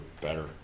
better